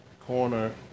Corner